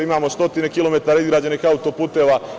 Imamo stotine kilometara izgrađenih autoputeva.